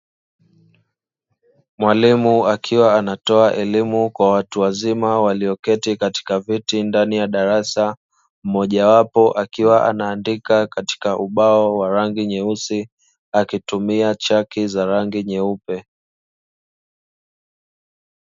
Mwalimu akiwa anatoa elimu kwa watu wazima walioketi katika viti ndani ya darasa mmoja wapo akiwa anaandika katika ubao wa rangi nyeusi akitumia chaki za rangi nyeupe.